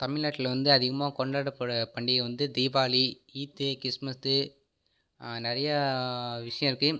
தமிழ்நாட்டில் வந்து அதிகமாக கொண்டாடப்படுற பண்டிகை வந்து தீபாவளி கீத்து கிஸ்மஸ்ஸு நிறையா விஷயம் இருக்குது